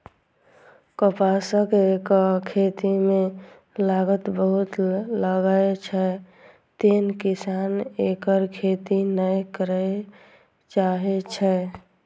कपासक खेती मे लागत बहुत लागै छै, तें किसान एकर खेती नै करय चाहै छै